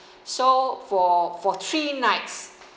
so for for three nights